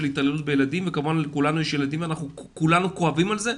התעללות בילדים ולכולנו יש ילדים ואנחנו כולנו כואבים על זה,